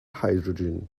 hydrogen